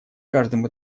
каждом